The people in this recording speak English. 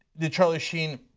did charlie sheen